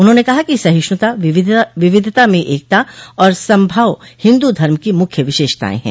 उन्होंने कहा कि सहिष्णुता विविधता में एकता और समभाव हिंदू धर्म की मुख्य विशेषता है